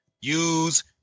use